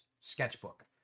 sketchbook